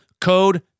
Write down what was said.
code